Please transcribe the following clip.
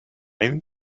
sine